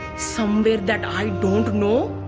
somewhere that i don't know,